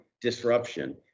disruption